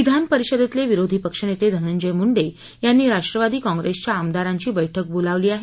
विधान परिषदेतले विरोधीपक्ष नेते धनंजय मुंडे यांनी राष्ट्रवादी काँप्रेसच्या आमदारांची बैठक बोलावली आहे